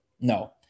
No